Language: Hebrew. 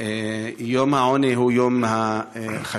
יום העוני הוא יום חשוב,